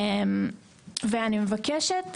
אני מבקשת,